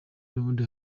n’ubundi